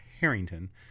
Harrington